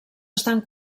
estan